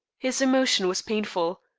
his emotion was painful.